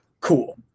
Cool